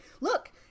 look